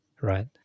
right